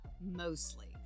mostly